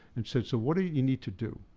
and said, so what do you you need to do?